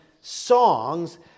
songs